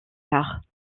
art